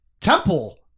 temple